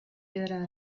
piedra